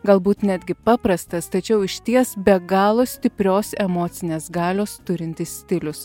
galbūt netgi paprastas tačiau išties be galo stiprios emocinės galios turintis stilius